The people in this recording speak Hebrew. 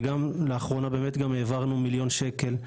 וגם לאחרונה באמת גם העברנו מיליון שקל,